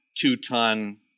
two-ton